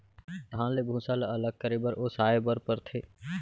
धान ले भूसा ल अलग करे बर ओसाए बर परथे